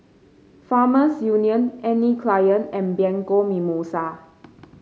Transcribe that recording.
Farmers Union Anne Klein and Bianco Mimosa